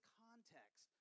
context